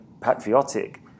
patriotic